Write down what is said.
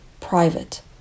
Private